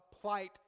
plight